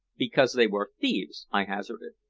because they were thieves? i hazarded.